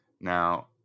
Now